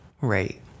right